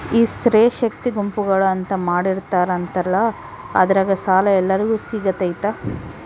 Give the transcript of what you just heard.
ಈ ಸ್ತ್ರೇ ಶಕ್ತಿ ಗುಂಪುಗಳು ಅಂತ ಮಾಡಿರ್ತಾರಂತಲ ಅದ್ರಾಗ ಸಾಲ ಎಲ್ಲರಿಗೂ ಸಿಗತೈತಾ?